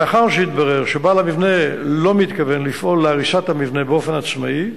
לאחר שמתברר שבעל המבנה לא מתכוון לפעול להריסת המבנה באופן עצמאי,